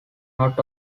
not